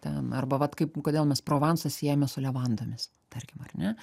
ten arba vat kaip kodėl mes provansą siejame su levandomis tarkim ar ne